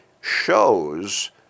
shows